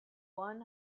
one